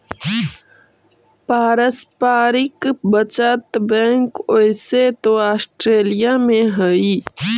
पारस्परिक बचत बैंक ओइसे तो ऑस्ट्रेलिया में हइ